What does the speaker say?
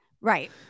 Right